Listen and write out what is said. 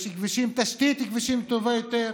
יש תשתית כבישים טובה יותר.